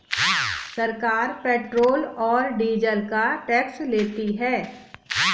सरकार पेट्रोल और डीजल पर टैक्स लेती है